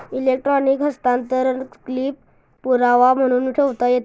electronic हस्तांतरण slip पुरावा म्हणून ठेवता येते